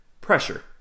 pressure